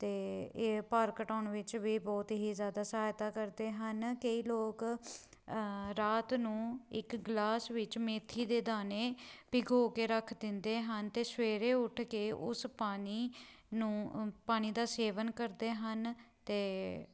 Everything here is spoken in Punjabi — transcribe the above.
ਅਤੇ ਇਹ ਭਾਰ ਘਟਾਉਣ ਵਿੱਚ ਵੀ ਬਹੁਤ ਹੀ ਜ਼ਿਆਦਾ ਸਹਾਇਤਾ ਕਰਦੇ ਹਨ ਕਈ ਲੋਕ ਰਾਤ ਨੂੰ ਇੱਕ ਗਲਾਸ ਵਿੱਚ ਮੇਥੀ ਦੇ ਦਾਣੇ ਭਿਗੋ ਕੇ ਰੱਖ ਦਿੰਦੇ ਹਨ ਅਤੇ ਸਵੇਰੇ ਉੱਠ ਕੇ ਉਸ ਪਾਣੀ ਨੂੰ ਪਾਣੀ ਦਾ ਸੇਵਨ ਕਰਦੇ ਹਨ ਅਤੇ